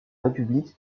république